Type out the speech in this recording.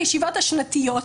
בישיבות השנתיות,